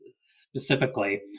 specifically